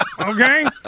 Okay